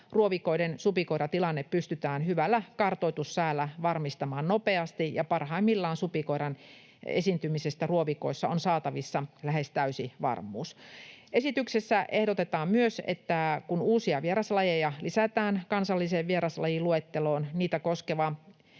ruovikoiden supikoiratilanne pystytään hyvällä kartoitussäällä varmistamaan nopeasti ja parhaimmillaan supikoiran esiintymisestä ruovikoissa on saatavissa lähes täysi varmuus. Esityksessä ehdotetaan myös, että kun uusia vieraslajeja lisätään kansalliseen vieraslajiluetteloon, niitä koskeva